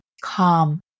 calm